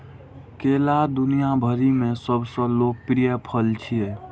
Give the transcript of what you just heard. केला दुनिया भरि मे सबसं लोकप्रिय फल छियै